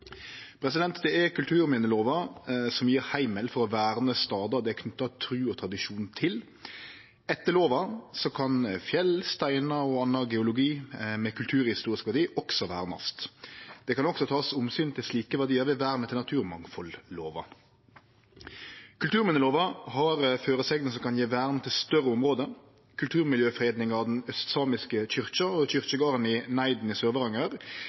Det er kulturminnelova som gjev heimel for å verne stader det er knytt tru og tradisjon til. Etter lova kan fjell, steinar og annan geologi med kulturhistorisk verdi også vernast. Det kan også takast omsyn til slike verdiar i vern etter naturmangfaldlova. Kulturminnelova har føresegner som kan gje vern til større område. Kulturmiljøfredinga av den samiske kyrkja og kyrkjegarden i Neiden i